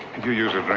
and you use a drink?